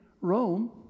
Rome